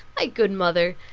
my good mother,